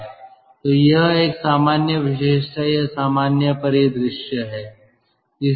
तो यह एक सामान्य विशेषता या सामान्य परिदृश्य है